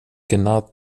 cannot